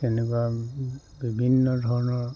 তেনেকুৱা বিভিন্ন ধৰণৰ